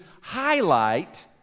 highlight